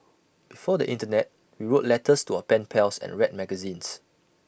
before the Internet we wrote letters to our pen pals and read magazines